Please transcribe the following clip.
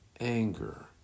anger